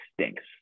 stinks